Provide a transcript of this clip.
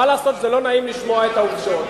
מה לעשות שזה לא נעים לשמוע את העובדות?